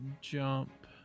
jump